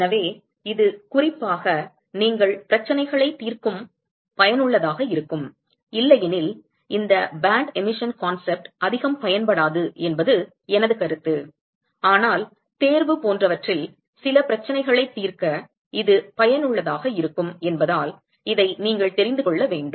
எனவே இது குறிப்பாக நீங்கள் பிரச்சனைகளை தீர்க்கும் போது பயனுள்ளதாக இருக்கும் இல்லையெனில் இந்த பேண்ட் எமிஷன் கான்செப்ட் அதிகம் பயன்படாது என்பது எனது கருத்து ஆனால் தேர்வு போன்றவற்றில் சில பிரச்சனைகளை தீர்க்க இது பயனுள்ளதாக இருக்கும் என்பதால் இதை நீங்கள் தெரிந்து கொள்ள வேண்டும்